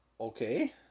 Okay